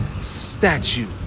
statue